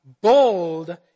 bold